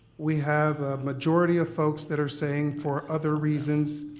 we have a majority of folks that are saying for other reasons,